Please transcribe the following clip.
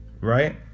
Right